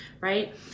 right